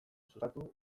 sustatu